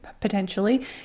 potentially